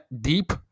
deep